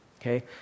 okay